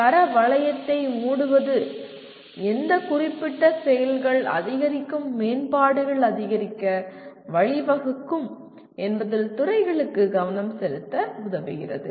தரமான வளையத்தை மூடுவது எந்த குறிப்பிட்ட செயல்கள் அதிகரிக்கும் மேம்பாடுகள் அதிகரிக்க வழிவகுக்கும் என்பதில் துறைகளுக்கு கவனம் செலுத்த உதவுகிறது